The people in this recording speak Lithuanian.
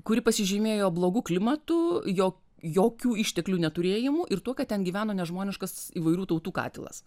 kuri pasižymėjo blogu klimatu jo jokių išteklių neturėjimu ir tuo kad ten gyveno nežmoniškas įvairių tautų katilas